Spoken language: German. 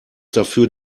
dafür